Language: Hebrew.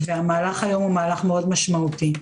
והמהלך היום הוא מהלך משמעותי מאוד.